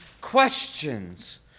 questions